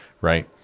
Right